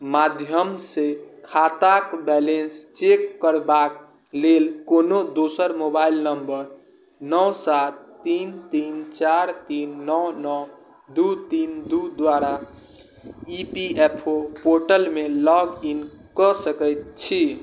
माध्यम से खाताक बैलेंस चेक करबाक लेल कोनो दोसर मोबाइल नंबर नओ सात तीन तीन चारि तीन नओ नओ दू तीन दू द्वारा ई पी एफ ओ पोर्टलमे लॉग इन कऽ सकैत छी